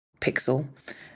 pixel